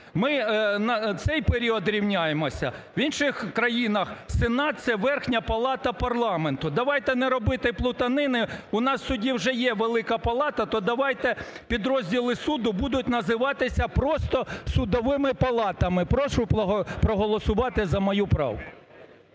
Ми на цей період рівняємося? В інших країнах сенат – це верхня палата парламенту. Давайте не робити плутанини, у нас в суді вже є велика палата, то давайте підрозділи суду будуть називатися просто "судовими палатами". Прошу проголосувати за мою правку.